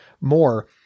more